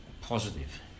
positive